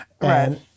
Right